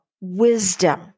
wisdom